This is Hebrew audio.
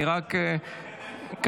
אולי עכשיו תקבל חדר?